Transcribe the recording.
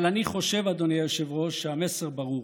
אבל אני חושב, אדוני היושב-ראש, שהמסר ברור.